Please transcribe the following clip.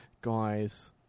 guys